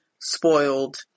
spoiled